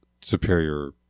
superior